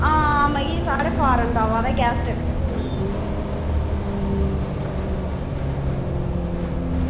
आं माई साढ़े आवा दे गेस्ट